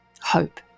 Hope